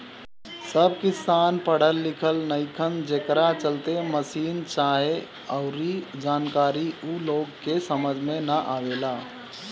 सब किसान पढ़ल लिखल नईखन, जेकरा चलते मसीन चाहे अऊरी जानकारी ऊ लोग के समझ में ना आवेला